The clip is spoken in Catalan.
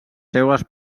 seues